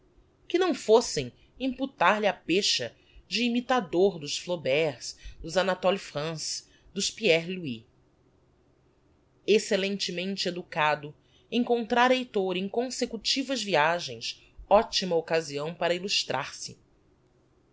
que não fôssem imputar lhe a pecha de imitador dos flauberts dos anatoles france dos pierres loüys excellentemente educado encontrara heitor em consecutivas viagens optima occasião para illustrar se